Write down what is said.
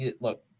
Look